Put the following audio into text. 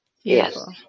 yes